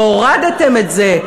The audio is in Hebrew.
והורדתם את זה.